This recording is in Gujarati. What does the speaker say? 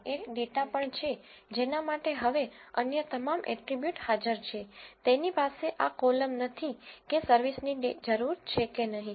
અને તેની પાસે એક ડેટા પણ છે જેના માટે હવે અન્ય તમામ એટ્રીબ્યુટ હાજર છે તેની પાસે આ કોલમ નથી કે સર્વિસની જરૂર છે કે નહીં